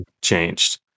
changed